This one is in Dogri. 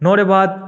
नुआढ़े बाद